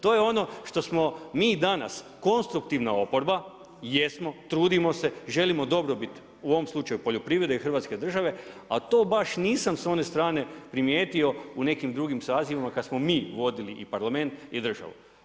To je ono što smo mi danas konstruktivna oporba, jesmo, trudimo se, želimo dobrobit u ovom slučaju poljoprivrede i hrvatske države a to baš nisam s one strane primijetio u nekim drugim sazivima kad smo mi vodili i Parlament i državu.